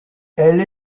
elle